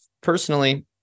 personally